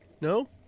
No